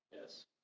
Yes